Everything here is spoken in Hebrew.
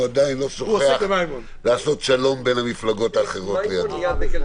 הוא עדיין לא שוכח לעשות שלום בין המפלגות האחרות לידו.